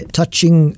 touching